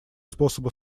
способа